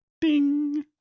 Ding